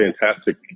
fantastic